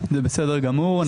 זה בסדר גמור.